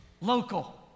local